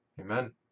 Amen